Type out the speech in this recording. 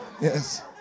yes